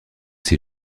ses